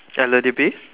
hello dear b